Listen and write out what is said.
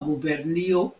gubernio